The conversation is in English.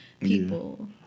people